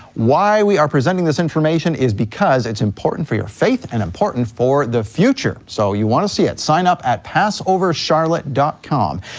why we are presenting this information is because it's important for your faith and important for the future, so you wanna see it, sign up at passovercharlotte com.